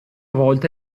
volta